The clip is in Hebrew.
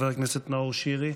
חבר הכנסת נאור שירי,